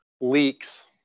leaks